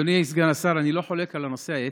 אדוני סגן השר, אני לא חולק על הנושא האתי,